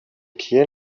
کیه